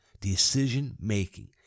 Decision-making